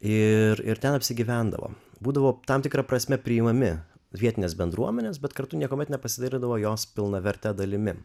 ir ir ten apsigyvendavo būdavo tam tikra prasme priimami vietineė bendruomenės bet kartu niekuomet nepasidarydavo jos pilnaverte dalimi